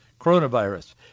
coronavirus